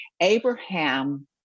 Abraham